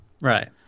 Right